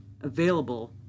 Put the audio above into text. available